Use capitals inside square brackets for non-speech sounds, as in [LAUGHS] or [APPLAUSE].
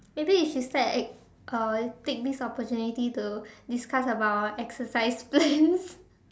maybe we should start ex~ uh take this opportunity to discuss about our exercise plans [LAUGHS]